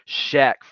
Shaq